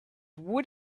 would